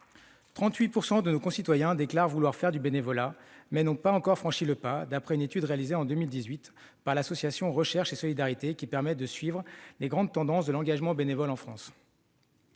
38 % de nos concitoyens déclarent vouloir faire du bénévolat, ils n'ont pas encore franchi le pas, d'après une étude réalisée en 2018 par l'association Recherches et solidarités, qui permet de suivre les grandes tendances de l'engagement bénévole en France.